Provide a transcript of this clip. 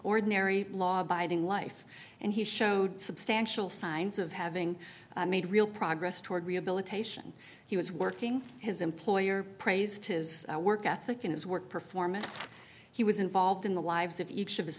ordinary law abiding life and he showed substantial signs of having made real progress toward rehabilitation he was working his employer praised his work ethic in his work performance he was involved in the lives of each of